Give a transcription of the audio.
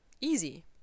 easy